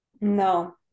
no